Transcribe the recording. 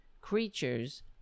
creatures